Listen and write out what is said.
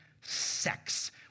sex